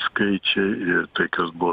skaičiai ir tai kas buvo